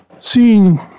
seeing